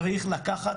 צריך לקחת,